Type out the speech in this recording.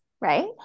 right